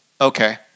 Okay